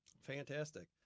Fantastic